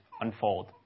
unfold